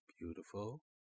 Beautiful